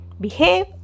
behave